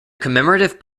commemorative